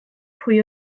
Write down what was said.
pwy